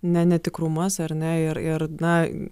ne netikrumas ar ne ir ir na